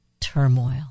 turmoil